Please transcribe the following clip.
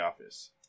office